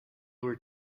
were